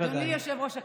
אדוני יושב-ראש הישיבה,